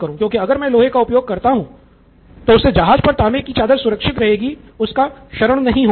क्योंकि अगर मैं लोहे का उपयोग करता हूं तो उससे जहाज पर तांबे कि चादर सुरक्षित रहेगी उसका क्षरण नहीं होगा